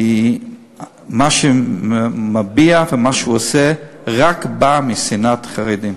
כי מה שהוא מביע ומה שהוא עושה רק בא משנאת חרדים.